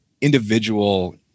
individual